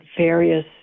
various